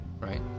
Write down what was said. Right